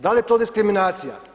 Da li je to diskriminacija?